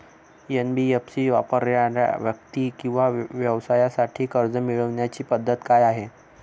NBFC वापरणाऱ्या व्यक्ती किंवा व्यवसायांसाठी कर्ज मिळविण्याची पद्धत काय आहे?